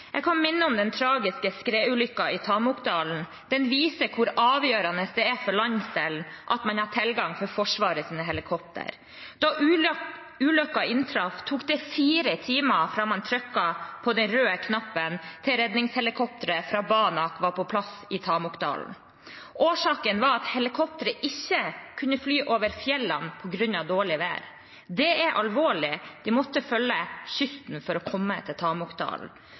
Jeg kan minne om den tragiske skredulykken i Tamokdalen. Den viser hvor avgjørende det er for landsdelen at man har tilgang til Forsvarets helikoptre. Da ulykken inntraff, tok det fire timer fra man trykket på den røde knappen, til redningshelikopteret fra Banak var på plass i Tamokdalen. Årsaken var at helikopteret ikke kunne fly over fjellene på grunn av dårlig vær. Det er alvorlig. De måtte følge kysten for å komme til